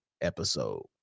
episode